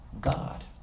God